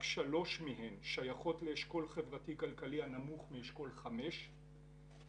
רק שלוש מהן שייכות לאשכול חברתי-כלכלי הנמוך מאשכול 5 והסטטוס